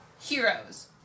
Heroes